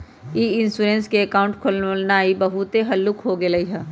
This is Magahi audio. ई इंश्योरेंस अकाउंट खोलबनाइ अब बहुते हल्लुक हो गेलइ ह